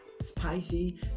spicy